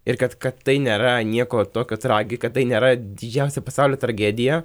ir kad kad tai nėra nieko tokio tragi kad tai nėra didžiausia pasaulio tragedija